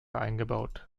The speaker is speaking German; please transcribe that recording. eingebaut